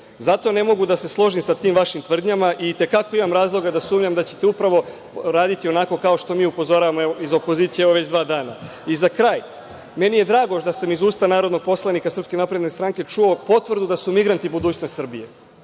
ne mogu da se složim sa tim vašim tvrdnjama i itekako imam razloga da sumnjam da ćete upravo raditi onako kao što mi upozoravamo iz opozicije evo već dva dana.Za kraj, meni je drago da sam iz usta narodnog poslanika SNS čuo potvrdu da su migranti budućnost Srbije,